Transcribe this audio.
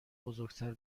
بزرگتر